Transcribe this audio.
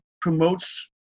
promotes